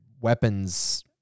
weapons